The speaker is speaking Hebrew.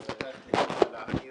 אני